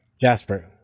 Jasper